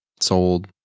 sold